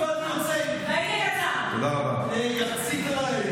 הינה, ואני יוצא.